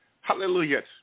Hallelujah